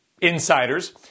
insiders